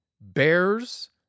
Bears